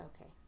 okay